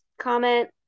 comment